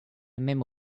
memo